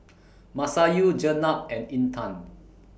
Masayu Jenab and Intan